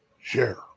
Share